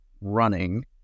running